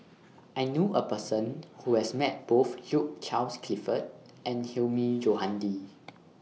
I knew A Person Who has Met Both Hugh Charles Clifford and Hilmi Johandi